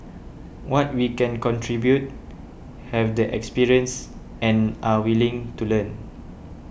what we can contribute have the experience and are willing to learn